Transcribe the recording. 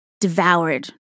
devoured